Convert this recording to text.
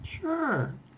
Sure